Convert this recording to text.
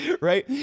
right